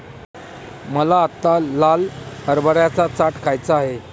मला आत्ता लाल हरभऱ्याचा चाट खायचा आहे